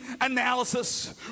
analysis